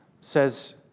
says